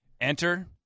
Enter